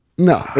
No